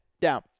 down